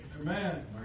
Amen